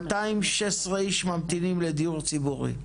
216 איש ממתינים לדיור ציבורי.